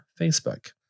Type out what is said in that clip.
Facebook